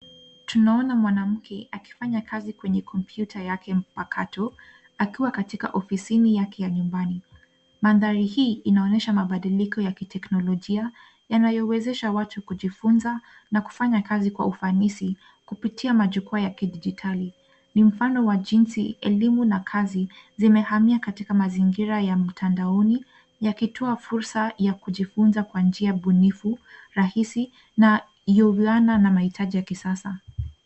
Tunaona mwanamke akifanya kazi kwenye kompyuta yake mpakato akiwa katika ofisini yake ya nyumbani. Mandhari hii inaonyesha mabadiliko ya kiteknolojia yanayowezesha watu kujifunza na kufanya kazi kwa ufanisi kupitia majukwaa ya kidijitali. Ni mfano wa jinsi elimu na kazi zimehamia katika mazingira ya mtandaoni yakitoa fursa ya kujifunza kwa njia bunifu, rahisi na iliyowiiana na mahitaji ya kisasa.